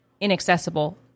inaccessible